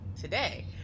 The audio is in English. today